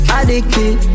Addicted